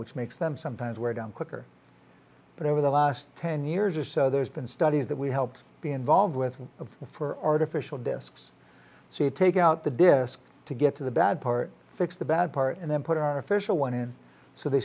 which makes them sometimes wear down quicker but over the last ten years or so there's been studies that we helped to be involved with one of the for artificial discs so you take out the disk to get to the bad part fix the bad part and then put our official one in so they